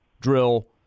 drill